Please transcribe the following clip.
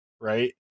right